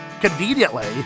Conveniently